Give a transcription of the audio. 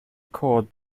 called